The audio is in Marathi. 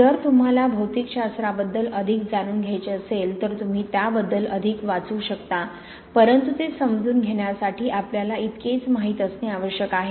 जर तुम्हाला भौतिकशास्त्राबद्दल अधिक जाणून घ्यायचे असेल तर तुम्ही त्याबद्दल अधिक वाचू शकता परंतु ते समजून घेण्यासाठी आपल्याला इतकेच माहित असणे आवश्यक आहे